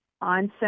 onset